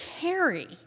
carry